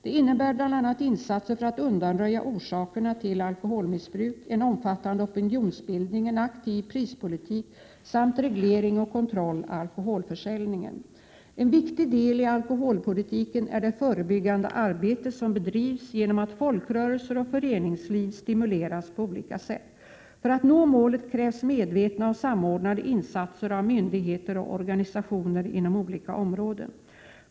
Det innebär bl.a. insatser för att undanröja orsakerna till alkoholmissbruk, en omfattande opinionsbildning, en aktiv prispolitik samt reglering och kontroll av alkoholförsäljning. En viktig del i alkoholpolitiken är det förebyggande arbetet som bedrivs genom att folkrörelser och föreningsliv stimuleras på olika sätt. För att nå målet krävs medvetna och samordnade insatser av myndigheter och organisationer inom olika områden.